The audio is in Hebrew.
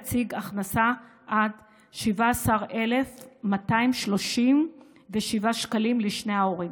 להציג הכנסה של עד 17,237 שקלים לשני ההורים.